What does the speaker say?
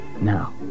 Now